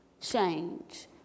change